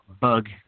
bug